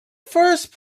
first